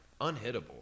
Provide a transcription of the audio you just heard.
Unhittable